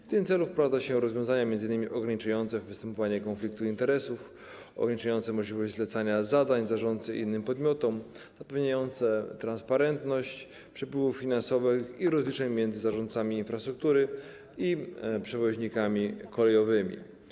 W tym celu wprowadza się rozwiązania m.in. ograniczające występowanie konfliktu interesów, ograniczające możliwość zlecania zadań zarządcy innym podmiotom, zapewniające transparentność przepływów finansowych i rozliczeń między zarządcami infrastruktury i przewoźnikami kolejowymi.